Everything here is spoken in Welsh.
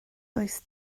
does